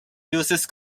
uses